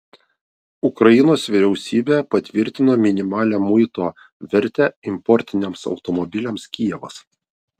ukrainos vyriausybė patvirtino minimalią muito vertę importiniams automobiliams kijevas